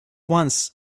once